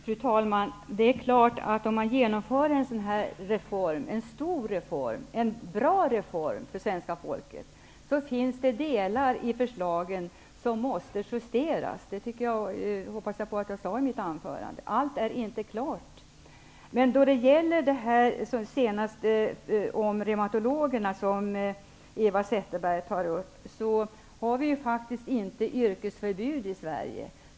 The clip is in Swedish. Fru talman! Det är klart att om man skall genomföra en sådan stor och bra reform för svenska folket finns det delar i förslaget som måste justeras. Jag hoppas att jag sade det i mitt anförande. Allt är inte klart. Eva Zetterbergs sista fråga gällde reumatologer. Vi har faktiskt inte yrkesförbud.